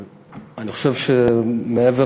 אני חושב שמעבר